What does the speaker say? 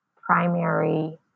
primary